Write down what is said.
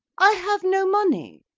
i have no money.